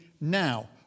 now